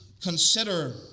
consider